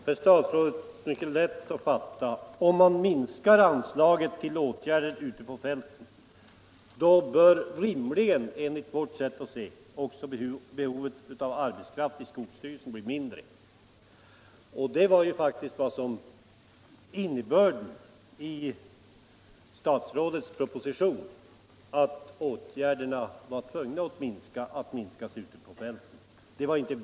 Herr talman! Det där, herr statsråd, är mycket lätt att fatta. Om man minskar anslaget till åtgärder ute på fältet, bör rimligen också behovet av arbetskraft i skogsvårdsstyrelserna bli mindre. Och resultatet av de åtgärder som föreslås i propositionen blir att man måste minska arbetet ute på fältet.